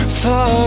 far